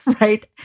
Right